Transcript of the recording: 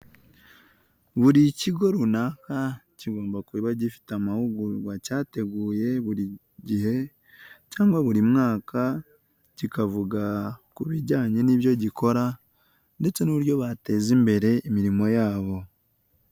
Buri kigo runaka kigomba kuba gifite amahugurwa cyateguye buri gihe cyangwa buri mwaka kikavuga ku bijyanye n'ibyo gikora ndetse n'uburyo bateza imbere imirimo yabo.